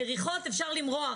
מריחות אפשר למרוח,